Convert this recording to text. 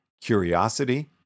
curiosity